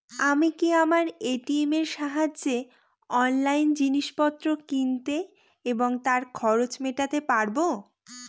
আমি কি আমার এ.টি.এম এর সাহায্যে অনলাইন জিনিসপত্র কিনতে এবং তার খরচ মেটাতে পারব?